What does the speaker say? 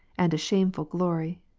and a shameful glory.